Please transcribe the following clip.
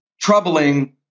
troubling